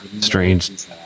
strange